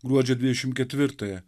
gruodžio dvidešimt ketvirtąją